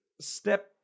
step